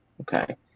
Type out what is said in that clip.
Okay